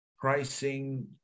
pricing